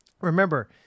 remember